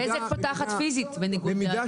בזק פותחת פיזית, בניגוד לכאן.